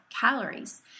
calories